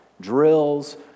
drills